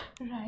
right